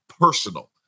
personal